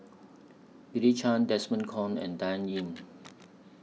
Chen Desmond Kon and Dan Ying